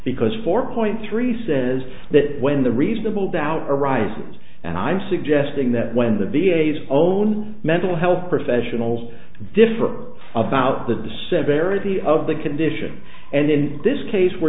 because four point three says that when the reasonable doubt arises and i'm suggesting that when the v a s own mental health professionals differ about the decisive varity of the condition and in this case we're